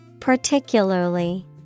Particularly